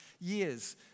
years